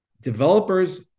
developers